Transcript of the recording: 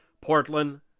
Portland